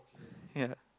ya